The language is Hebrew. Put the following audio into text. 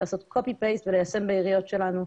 לעשות קופי פייסט וליישם בעיריות שלנו.